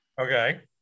Okay